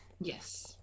Yes